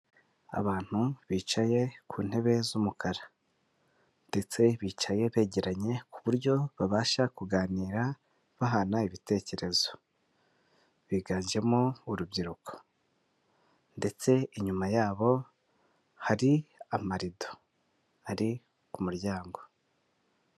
Abantu bicaye ku ntebe z'umukara. Ndetse bicaye begeranye ku buryo babasha kuganira, bahana ibitekerezo. Biganjemo urubyiruko, ndetse inyuma yabo hari amarido, ari ku muryango.